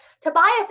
Tobias